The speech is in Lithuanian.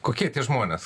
kokie tie žmonės